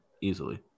easily